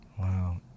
Wow